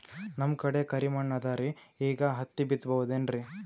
ನಮ್ ಕಡೆ ಕರಿ ಮಣ್ಣು ಅದರಿ, ಈಗ ಹತ್ತಿ ಬಿತ್ತಬಹುದು ಏನ್ರೀ?